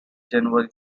january